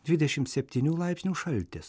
dvidešim septynių laipsnių šaltis